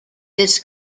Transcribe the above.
this